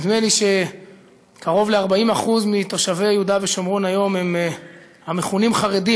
נדמה לי שקרוב ל-40% מתושבי יהודה ושומרון היום הם המכונים "חרדים".